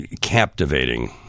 captivating